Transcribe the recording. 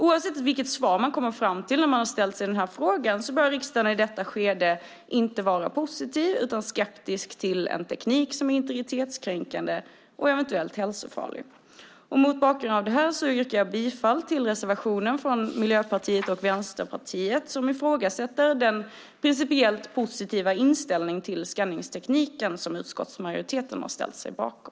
Oavsett vilket svar man kommer fram till när man har ställt sig dessa frågor bör riksdagen i detta skede inte vara positiv utan vara skeptisk till en teknik som är integritetskränkande och eventuellt också hälsofarlig. Mot denna bakgrund yrkar jag bifall till reservationen från Miljöpartiet och Vänsterpartiet där vi ifrågasätter den principiellt positiva inställning till skanningstekniken som utskottsmajoriteten ställt sig bakom.